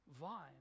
vine